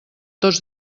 tots